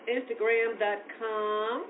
Instagram.com